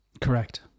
correct